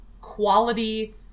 quality